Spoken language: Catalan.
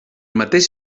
mateix